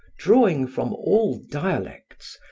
drawing from all dialects,